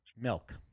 milk